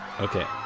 Okay